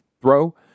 throw